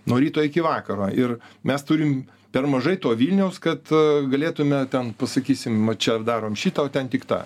nuo ryto iki vakaro ir mes turim per mažai to vilniaus kad galėtume ten pasakysim va čia darom šitą o ten tik tą